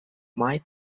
might